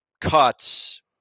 cuts